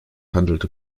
handelte